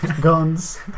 guns